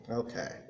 okay